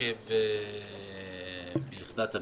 ביחידת המימון,